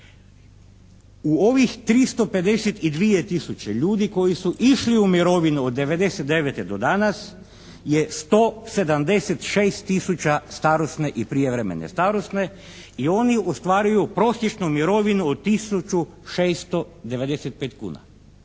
U ovih 352 tisuće ljudi koji su išli u mirovinu od 99. do danas, je 176 tisuća starosne i prijevremene starosne i oni ostvaruju prosječnu mirovinu od 1.695,00 kuna.